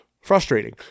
frustrating